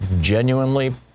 genuinely